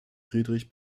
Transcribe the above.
friedrich